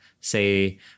say